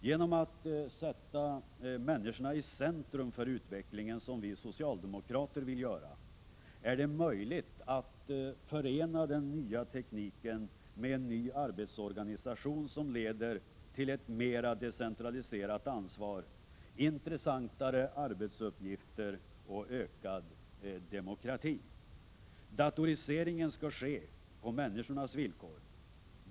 Genom att sätta människorna i centrum för utvecklingen, som vi socialdemokrater vill göra, är det möjligt att förena den nya tekniken med en ny arbetsorganisation som leder till ett mera decentraliserat ansvar, intressantare arbetsuppgifter och ökad demokrati. Datoriseringen skall ske på människornas villkor.